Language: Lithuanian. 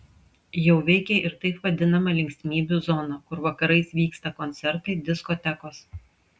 jau veikia ir taip vadinama linksmybių zona kur vakarais vyksta koncertai diskotekos